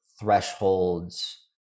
thresholds